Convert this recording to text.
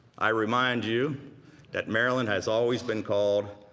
i remind you that maryland has always been called